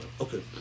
Okay